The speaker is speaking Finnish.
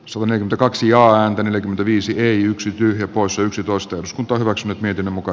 suhonen kaksi joan neljäkymmentäviisieen yksi tyhjä poissa yksitoista turks miten muka